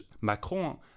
Macron